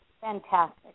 Fantastic